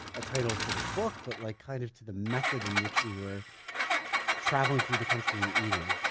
a title for the book, but like kind of to the method in which we were traveling through the country and eating.